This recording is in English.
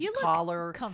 collar